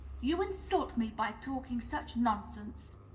you insult me by talking such nonsense!